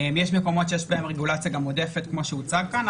יש מקומות שיש בהם רגולציה עודפת כמו שהוצג כאן,